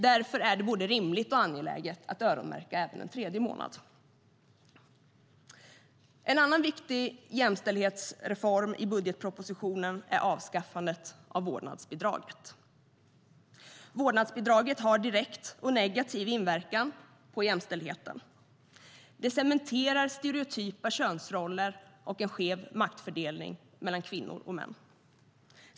Därför är det både rimligt och angeläget att öronmärka även en tredje månad. En annan viktig jämställdhetsreform som meddelades i budgetpropositionen är avskaffandet av vårdnadsbidraget. Vårdnadsbidraget har en direkt och negativ inverkan på jämställdheten. Det cementerar stereotypa könsroller och en skev maktfördelning mellan kvinnor och män.